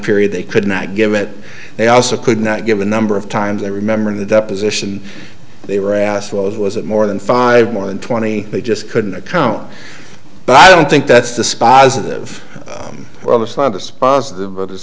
period they could not give it they also could not give a number of times i remember in the deposition they were asked was was it more than five more than twenty they just couldn't account but i don't think that's the spa's of the other side dispositive but it's